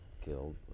killed